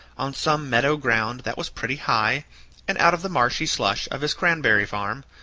on some meadow ground that was pretty high and out of the marshy slush of his cranberry-farm,